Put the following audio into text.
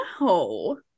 No